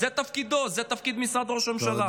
זה תפקידו, זה תפקיד משרד ראש הממשלה.